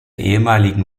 ehemaligen